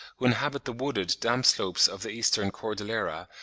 who inhabit the wooded, damp slopes of the eastern cordillera,